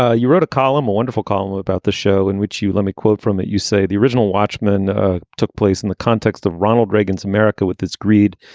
ah you wrote a column, a wonderful column about the show in which you let me quote from it, you say the original watchmen took place in the context of ronald reagan's america with its greed,